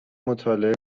مطالعه